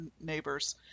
neighbors